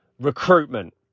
recruitment